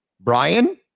Brian